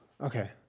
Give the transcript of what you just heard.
Okay